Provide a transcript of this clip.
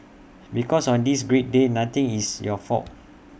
because on this great day nothing is your fault